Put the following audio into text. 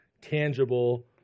tangible